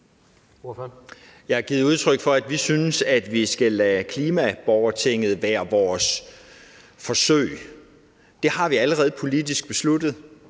Jeg har givet udtryk for, at vi synes, at vi skal lade klimaborgertinget være vores forsøg. Det har vi allerede politisk besluttet,